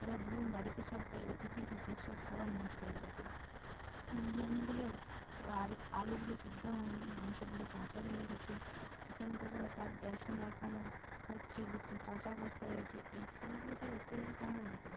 এবার ধরুন বাড়িতে সব্বাই অতিথি এসেছে সব খাবার নষ্ট হয়ে গেছে বিরিয়ানিগুলোর ও আলু আলুগুলো সেদ্ধ হয় নি মাংসগুলো কাঁচা রয়ে গেছে চিকেন পকোড়া তার বেসম এখনও হচ্ছে কাঁচা অবস্থায় রয়েছে এই খাবারগুলো তো আর অতিথিদেরকে খাওয়ানো যায় না